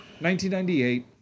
1998